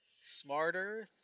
smarter